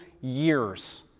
years